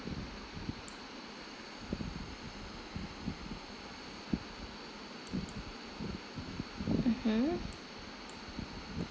mmhmm